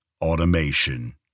Automation